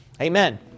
Amen